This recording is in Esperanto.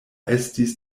estis